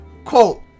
Quote